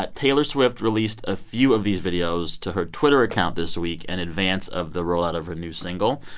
but taylor swift released a few of these videos to her twitter account this week in and advance of the rollout of her new single.